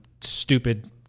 stupid